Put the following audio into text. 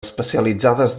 especialitzades